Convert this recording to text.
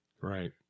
Right